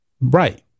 Right